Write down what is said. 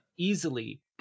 easily